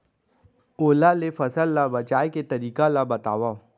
ओला ले फसल ला बचाए के तरीका ला बतावव?